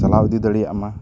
ᱪᱟᱞᱟᱣ ᱤᱫᱤ ᱫᱟᱲᱮᱭᱟᱜᱢᱟ